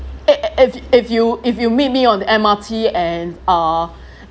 eh eh eh if if you if you meet me on the M_R_T and uh